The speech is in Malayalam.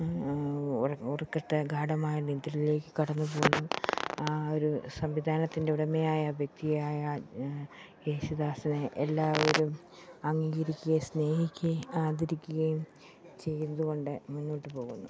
ഒരു ഘാടമായ നിദ്രയിലേക്ക് കടന്നു പോകുന്നു ആ ഒരു സംവിധാനത്തിൻ്റെ ഉടമയായ വ്യക്തിയായ യേശുദാസിനെ എല്ലാവരും അംഗീകരിക്കുകയും സ്നേഹിക്കുകയും ആദരിക്കുകയും ചെയ്തുകൊണ്ട് മുന്നോട്ട് പോകുന്നു